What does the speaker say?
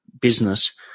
business